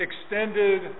extended